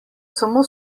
samo